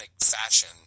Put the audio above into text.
fashion